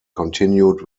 continued